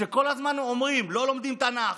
שכל הזמן אומרים: לא לומדים תנ"ך,